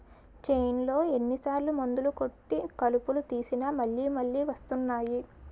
చేన్లో ఎన్ని సార్లు మందులు కొట్టి కలుపు తీసినా మళ్ళి మళ్ళి వస్తున్నాయి